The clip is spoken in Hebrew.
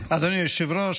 אדוני היושב-ראש,